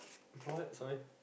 what sorry